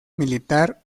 militar